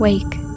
Wake